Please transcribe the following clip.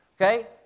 Okay